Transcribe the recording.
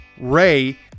Ray